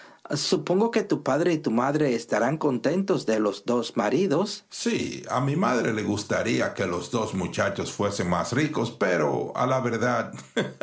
supongo que tu padre y tu madre estarán contentos de los dos maridos sí a mi madre le gustaría que los dos muchachos fuesen más ricos pero a la verdad